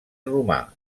romà